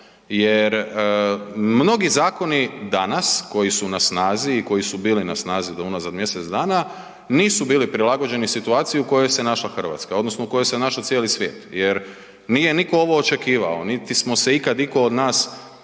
jer mnogi zakoni danas koji su na snazi i koji si bili na snazi do unazad mjesec dana, nisu bili prilagođeni situaciji u kojoj se našla Hrvatska, odnosno u kojoj se našao cijeli svijet jer nije nitko ovo očekivao niti smo se ikad itko od nas